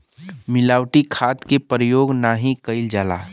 मिलावटी खाद के परयोग नाही कईल जाला